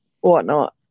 whatnot